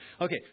okay